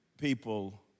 people